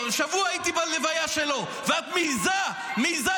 שבא מבית